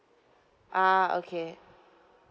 uh okay